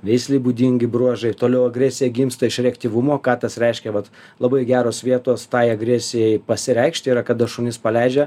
veislei būdingi bruožai toliau agresija gimsta iš reaktyvumo ką tas reiškia vat labai geros vietos tai agresijai pasireikšti yra kada šunis paleidžia